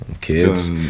kids